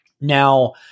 Now